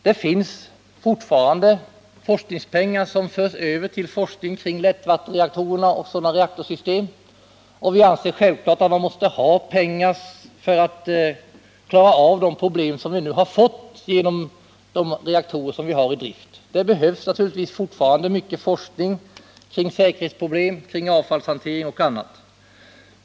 Det finns fortfarande forskningspengar som förs över till forskning kring lättvattenreaktorer och andra sådana reaktorsystem. Vi anser självfallet att man måste ha pengar för att klara av de problem som uppstått genom de reaktorer vi har i drift. Det behövs naturligtvis fortfarande mycket forskning kring säkerhetsproblem, avfallshantering och annat.